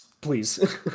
please